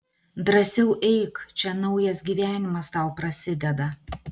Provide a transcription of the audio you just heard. drąsiau eik čia naujas gyvenimas tau prasideda